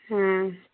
हाँ